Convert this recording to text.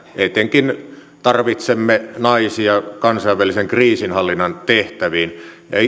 tarvitsemme naisia etenkin kansainvälisen kriisinhallinnan tehtäviin